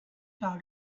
par